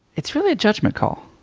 it's really a judgment call,